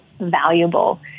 valuable